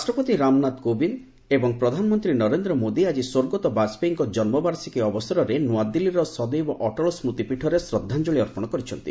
ରାଷ୍ଟ୍ରପତି ରାମନାଥ କୋବିନ୍ଦ ଏବଂ ପ୍ରଧାନମନ୍ତ୍ରୀ ନରେନ୍ଦ୍ର ମୋଦୀ ଆକି ସ୍ୱର୍ଗତଃ ବାଜପେୟୀଙ୍କ ଜନ୍ମବାର୍ଷିକୀ ଅବସରରେ ନୂଆଦିଲ୍ଲୀର ସଦୈବ ଅଟଳ ସ୍କୁତି ପୀଠରେ ଶ୍ରଦ୍ଧାଞ୍ଜଳି ଅର୍ପଣ କରିଛନ୍ତି